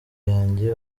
yanjye